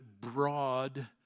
broad